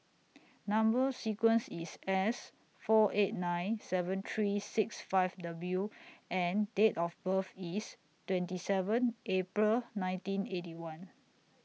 Number sequence IS S four eight nine seven three six five W and Date of birth IS twenty seven April nineteen Eighty One